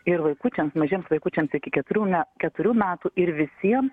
ir vaikučiams mažiems vaikučiams iki keturių me keturių metų ir visiem